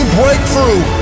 breakthrough